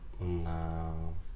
No